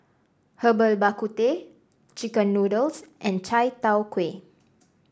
Herbal Bak Ku Teh chicken noodles and Chai Tow Kway